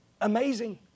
Amazing